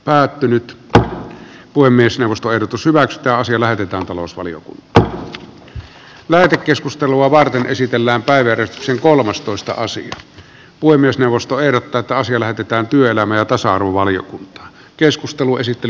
päättynyt puhemiesneuvosto ehdotus hyväksytä asia lähetetään talousvaliokuntaan lähetekeskustelua varten esitellään päävärit ja kolmas toista asia kuin myös neuvosto ehdottaa taasia lähetetään työelämä ja tasa arvovaliokuntaan